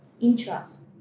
interest